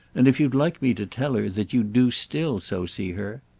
and if you'd like me to tell her that you do still so see her!